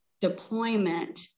deployment